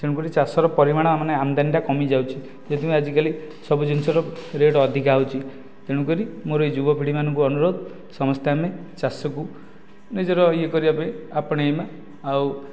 ତେଣୁକରି ଚାଷର ପରିମାଣ ମାନେ ଆମଦାନୀଟା କମି ଯାଉଛି ସେଥିପାଇଁ ଆଜିକାଲି ସବୁ ଜିନିଷର ରେଟ ଅଧିକା ହେଉଛି ତେଣୁକରି ମୋର ଏଇ ଯୁବପିଢ଼ି ମାନଙ୍କୁ ଅନୁରୋଧ ସମସ୍ତେ ଆମେ ଚାଷକୁ ନିଜର କରିବା ପାଇଁ ଆପଣେଇବା ଆଉ